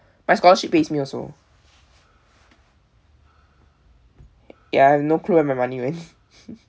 my scholarship pays me also ya I have no clue where my money went